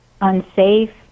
unsafe